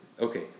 Okay